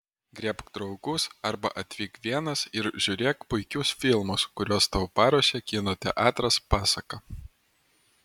griebk draugus arba atvyk vienas ir žiūrėk puikius filmus kuriuos tau paruošė kino teatras pasaka